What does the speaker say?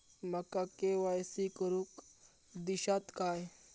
माका के.वाय.सी करून दिश्यात काय?